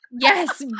Yes